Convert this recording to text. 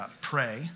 pray